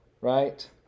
right